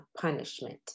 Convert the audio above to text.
punishment